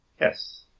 Yes